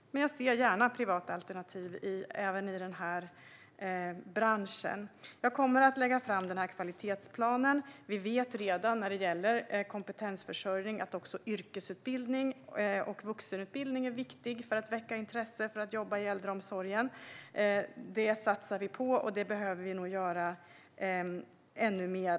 Jag ser dock gärna privata alternativ även i den här branschen. Jag kommer att lägga fram kvalitetsplanen. När det gäller kompetensförsörjning vet vi redan att även yrkesutbildning och vuxenutbildning är viktigt för att väcka intresse för att jobba i äldreomsorgen. Det satsar vi på, och det behöver vi nog göra ännu mer.